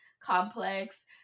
complex